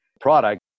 product